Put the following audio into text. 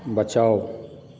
बचाउ